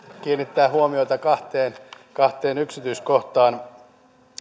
kiinnittää huomiota kahteen kahteen yksityiskohtaan